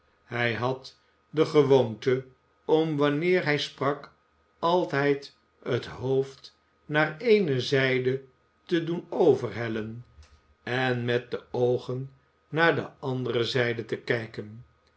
hij had de gewoonte om wanneer hij sprak altijd het hoofd naar eene zijde te doen overhellen en met de oogen naar de andere zijde te kijken